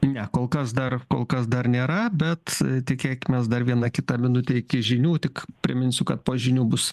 ne kol kas dar kol kas dar nėra bet tikėkimės dar viena kita minutė iki žinių tik priminsiu kad po žinių bus